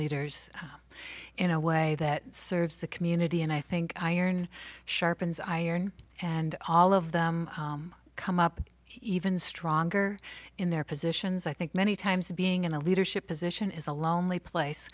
leaders in a way that serves the community and i think iron sharpens iron and all of them come up even stronger in their positions i think many times being in a leadership position is a lonely place